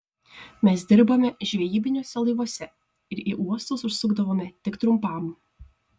mes dirbome žvejybiniuose laivuose ir į uostus užsukdavome tik trumpam